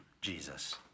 Jesus